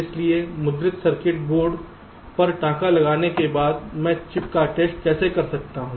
इसलिए मुद्रित circuit board पर टांका लगाने के बाद मैं चिप का टेस्ट कैसे कर सकता हूं